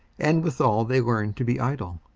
and withal they learn to be idle,